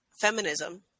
feminism